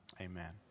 Amen